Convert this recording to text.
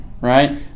Right